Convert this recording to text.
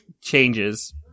changes